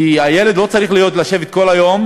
ילד לא צריך לשבת כל היום